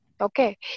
Okay